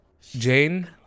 Jane